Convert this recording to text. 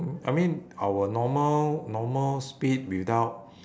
I mean our normal normal speed without